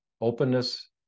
openness